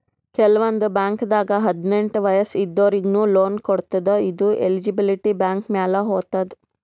ಕೆಲವಂದ್ ಬಾಂಕ್ದಾಗ್ ಹದ್ನೆಂಟ್ ವಯಸ್ಸ್ ಇದ್ದೋರಿಗ್ನು ಲೋನ್ ಕೊಡ್ತದ್ ಇದು ಎಲಿಜಿಬಿಲಿಟಿ ಬ್ಯಾಂಕ್ ಮ್ಯಾಲ್ ಹೊತದ್